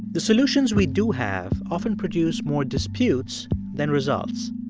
the solutions we do have often produce more disputes than results.